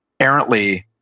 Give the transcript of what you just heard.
errantly